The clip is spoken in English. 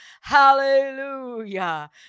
hallelujah